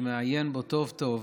אני מעיין בו טוב-טוב